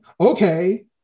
Okay